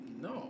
no